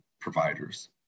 providers